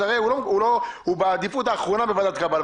אז הרי הוא בעדיפות האחרונה בוועדת הקבלה.